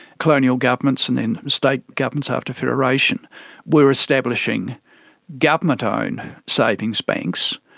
colonial governments and then state governments after federation were establishing government owned savings banks,